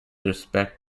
respect